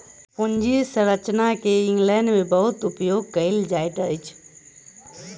पूंजी संरचना के इंग्लैंड में बहुत उपयोग कएल जाइत अछि